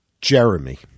Jeremy